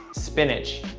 spinach,